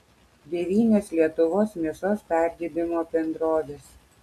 devynios lietuvos mėsos perdirbimo bendrovės